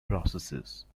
processes